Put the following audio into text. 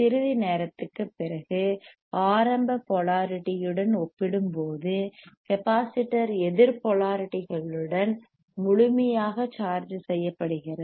சிறிது நேரத்திற்குப் பிறகு ஆரம்ப போலாரிட்டி உடன் ஒப்பிடும்போது கெப்பாசிட்டர் எதிர் போலாரிட்டிகளுடன் முழுமையாக சார்ஜ் செய்யப்படுகிறது